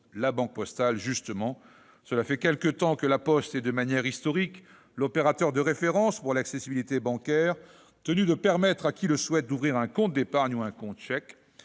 La Banque postale, justement : cela fait quelque temps que La Poste est, de manière historique, l'opérateur de référence pour l'accessibilité bancaire, tenu de permettre à toute personne qui le souhaite d'ouvrir un compte d'épargne ou un compte chèque.